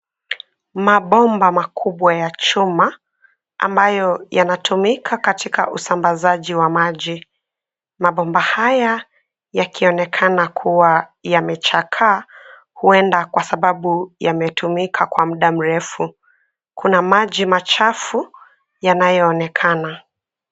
Mabomba makubwa ya chuma ambayo yanatumika katika usambazaji wa maji. Mabomba haya yakionekana kuwa yamechakaa huenda kwa sababu yametumika kwa mda mrefu. Kuna maji machafu yanayoonekana.